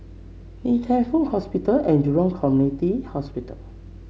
Ng Teng Fong Hospital and Jurong Community Hospital